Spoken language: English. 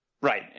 Right